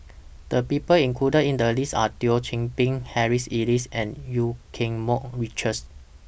The People included in The list Are Thio Chan Bee Harry Elias and EU Keng Mun Richards